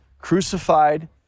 crucified